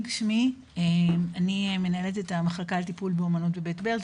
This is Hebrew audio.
אני מנהלת המחלקה לטיפול באומנות בבית-ברל,